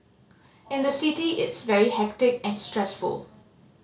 in the city it's very hectic and stressful